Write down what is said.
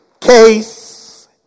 Case